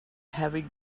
heavy